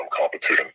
competition